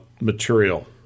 material